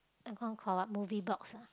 that one call what movie box